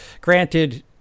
granted